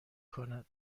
کند